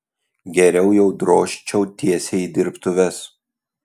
geriau jau drožčiau tiesiai į dirbtuves